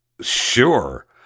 Sure